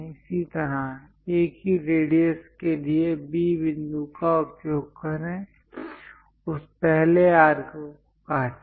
इसी तरह एक ही रेडियस के लिए B बिंदु का उपयोग करें उस पहले आर्क को काटें